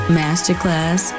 masterclass